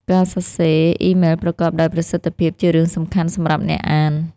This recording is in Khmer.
ការសរសេរអ៊ីមែលប្រកបដោយប្រសិទ្ធភាពជារឿងសំខាន់សម្រាប់អ្នកអាន។